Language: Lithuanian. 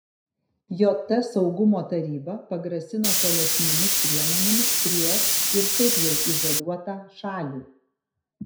jt saugumo taryba pagrasino tolesnėmis priemonėmis prieš ir taip jau izoliuotą šalį